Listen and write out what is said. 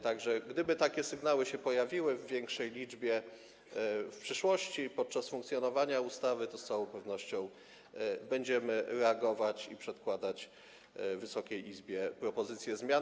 Tak że gdyby takie sygnały pojawiły się w większej liczbie w przyszłości w trakcie funkcjonowania ustawy, to z całą pewnością będziemy reagować i przedkładać Wysokiej Izbie propozycje zmian.